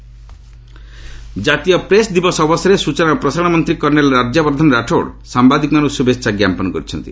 Rathore press day ଜାତୀୟ press ଦିବସ ଅବସରରେ ସୂଚନା ଓ ପ୍ରସାରଣ ମନ୍ତ୍ରୀ କର୍ଷ୍ଣେଲ ରାଜ୍ୟବର୍ଦ୍ଧନ ରାଠୋର ସାମ୍ଭାଦିକ ମାନଙ୍କୁ ଶୁଭେଚ୍ଛା ଜ୍ଞାପନ କରିଛନ୍ତି